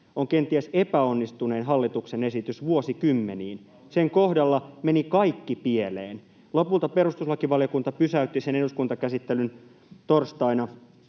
on kenties epäonnistunein hallituksen esitys vuosikymmeniin. Sen kohdalla meni kaikki pieleen. Lopulta perustuslakivaliokunta pysäytti sen eduskuntakäsittelyn torstaina